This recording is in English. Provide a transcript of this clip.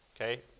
okay